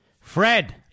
Fred